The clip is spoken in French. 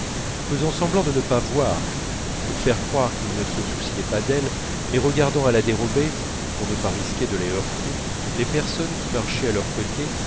faisant semblant de ne pas voir pour faire croire qu'ils ne se souciaient pas d'elles mais regardant à la dérobée pour ne pas risquer de les heurter les personnes qui marchaient à leurs côtés